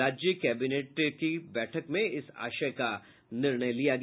राज्य कैबिनेट की हुई बैठक में इस आशय का निर्णय लिया गया